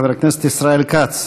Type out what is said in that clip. חבר הכנסת ישראל כץ,